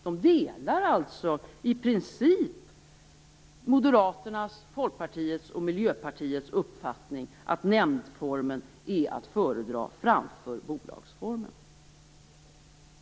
De delar alltså i princip Moderaternas, Folkpartiets och Miljöpartiets uppfattning att nämndformen är att föredra framför bolagsformen.